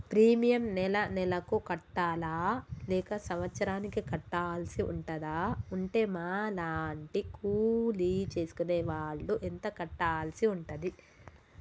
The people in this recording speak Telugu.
ప్రీమియం నెల నెలకు కట్టాలా లేక సంవత్సరానికి కట్టాల్సి ఉంటదా? ఉంటే మా లాంటి కూలి చేసుకునే వాళ్లు ఎంత కట్టాల్సి ఉంటది?